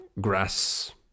grass